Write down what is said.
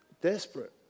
desperate